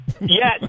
Yes